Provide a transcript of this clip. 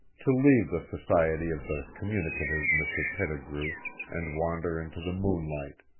to leave the society of the communicative mr. pettigrew and wander into the moonlight.